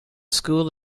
school